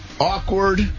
Awkward